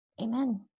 Amen